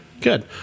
good